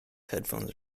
headphones